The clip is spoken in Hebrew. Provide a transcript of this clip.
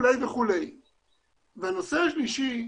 הנושא השלישי,